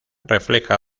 refleja